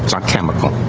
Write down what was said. but chemical,